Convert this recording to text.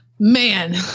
Man